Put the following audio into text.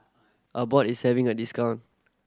Abbott is having a discount